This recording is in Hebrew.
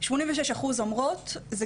אז ככה: כ-86% מהעובדות הסוציאליות אומרות שזה